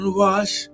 wash